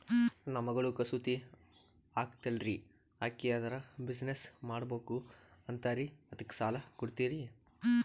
ನನ್ನ ಮಗಳು ಕಸೂತಿ ಹಾಕ್ತಾಲ್ರಿ, ಅಕಿ ಅದರ ಬಿಸಿನೆಸ್ ಮಾಡಬಕು ಅಂತರಿ ಅದಕ್ಕ ಸಾಲ ಕೊಡ್ತೀರ್ರಿ?